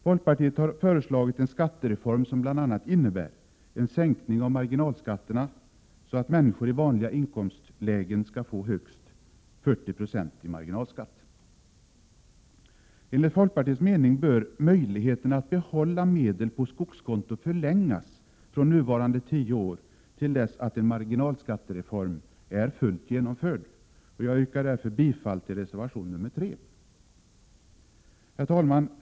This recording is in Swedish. Folkpartiet har föreslagit en skattereform som bl.a. innebär en sänkning av marginalskatterna, så att människor i vanliga inkomstlägen skall få högst 40 90 i marginalskatt. Enligt folkpartiets mening bör tiden att behålla medel på skogskonto förlängas från nuvarande tio år till dess att en marginalskattereform är fullt genomförd. Jag yrkar bifall till reservation 3. Herr talman!